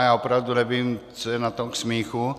Já opravdu nevím, co je na tom k smíchu.